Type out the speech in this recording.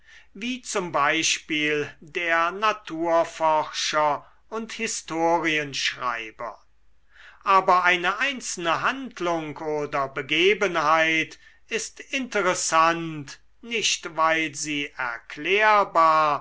wie zum beispiel der naturforscher und historienschreiber aber eine einzelne handlung oder begebenheit ist interessant nicht weil sie erklärbar